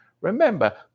Remember